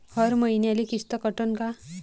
हर मईन्याले किस्त कटन का?